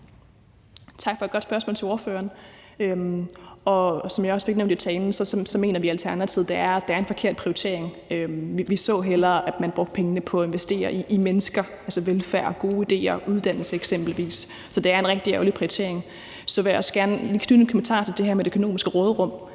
for et godt spørgsmål. Som jeg også fik nævnt i talen, mener vi i Alternativet, at det er en forkert prioritering. Vi så hellere, at man brugte pengene på at investere i mennesker, altså velfærd, gode idéer, uddannelse eksempelvis. Så det er en rigtig ærgerlig prioritering. Så vil jeg også gerne lige knytte en kommentar til det her med det økonomiske råderum,